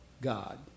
God